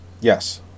Yes